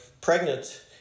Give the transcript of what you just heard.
pregnant